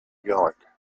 york